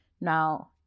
Now